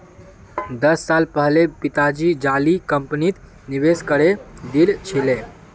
दस साल पहले पिताजी जाली कंपनीत निवेश करे दिल छिले